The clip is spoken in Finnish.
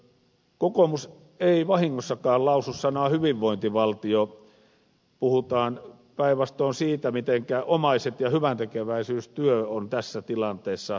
kokoomus ei vahingossakaan lausu sanaa hyvinvointivaltio puhutaan päinvastoin siitä mitenkä omaiset ja hyväntekeväisyystyö ovat tässä tilanteessa vastaus